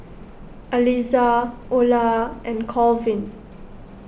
Aliza Ola and Colvin